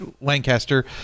Lancaster